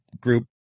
group